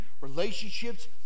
relationships